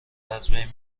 ازبین